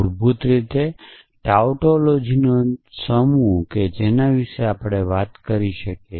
મૂળભૂત રીતે ટાઉટોલોજિનો સમૂહ કે જેના વિશે આપણે વાત કરી શકીએ